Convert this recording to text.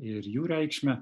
ir jų reikšmę